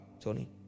Tony